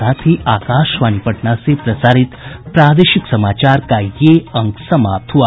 इसके साथ ही आकाशवाणी पटना से प्रसारित प्रादेशिक समाचार का ये अंक समाप्त हुआ